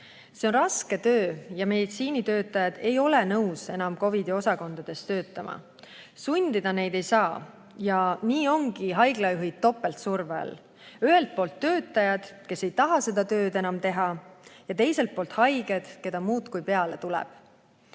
See on raske töö ja meditsiinitöötajad ei ole nõus enam COVID‑i osakondades töötama. Sundida neid ei saa ja nii ongi haiglajuhid topeltsurve all: ühelt poolt töötajad, kes ei taha seda tööd enam teha, ja teiselt poolt haiged, keda muudkui peale tuleb.